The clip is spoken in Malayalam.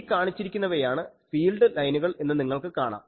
ഈ കാണിച്ചിരിക്കുന്നവയാണ് ഫീൽഡ് ലൈനുകൾ എന്ന് നിങ്ങൾക്ക് കാണാം